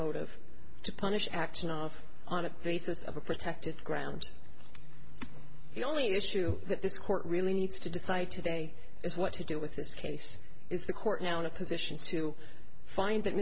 motive to punish action off on a basis of a protected grounds the only issue that this court really needs to decide today is what to do with this case is the court now in a position to find that